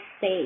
say